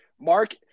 Mark